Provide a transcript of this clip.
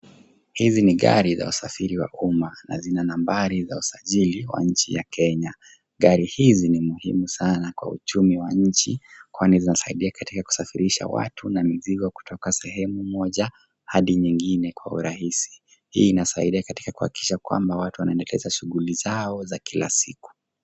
Hizi ni gari za wasafiri wa umma na zina nambari za usajili wa nchi ya Kenya. Gari hizi ni muhimu sana kwa uchumi wa nchi kwani zinasaidia katika kusafirisha watu na mizigo kutoka sehemu moja hadi nyingine kwa urahisi. Hii inasaidia katika kuhakikisha kwamba watu wanaendeleza shughuli zao za kila siku.